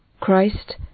Christ